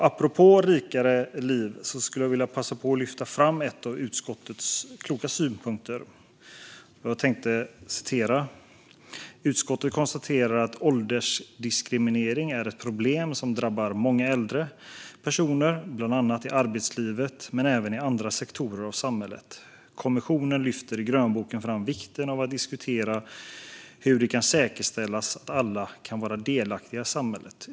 Apropå rikare liv skulle jag vilja passa på att lyfta fram en av utskottets kloka synpunkter i betänkandet: "Utskottet konstaterar att åldersdiskriminering är ett problem som drabbar många äldre personer, bl.a. i arbetslivet men även i andra sektorer av samhället. Kommissionen lyfter i grönboken fram vikten av att diskutera hur det kan säkerställas att alla kan vara delaktiga i samhället.